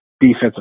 Defensive